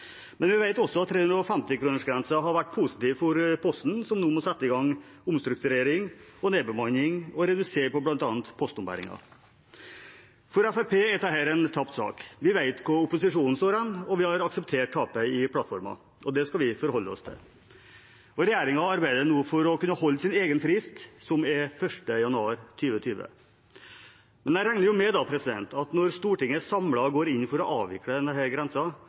Vi vet også at 350-kronersgrensen har vært positiv for Posten, som nå må sette i gang omstrukturering og nedbemanning og redusere på bl.a. postombæringen. For Fremskrittspartiet er dette en tapt sak. Vi vet hvor opposisjonen står hen, og vi har akseptert tapet i plattformen. Det skal vi forholde oss til. Regjeringen arbeider nå for å kunne holde sin egen frist, som er 1. januar 2020. Men jeg regner med at når Stortinget samlet går inn for å avvikle